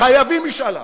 חייבים משאל עם,